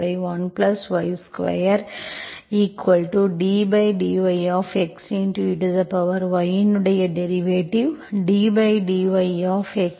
ey in derivative ddyx